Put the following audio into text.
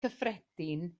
cyffredin